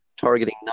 Targeting